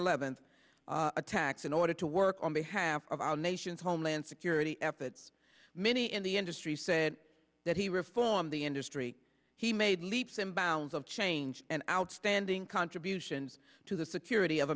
eleventh attacks in order to work on behalf of our nation's homeland security efforts many in the industry said that he reform the industry he made leaps and bounds of change and outstanding contributions to the security of